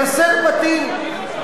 לנסר בתים?